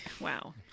wow